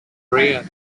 rear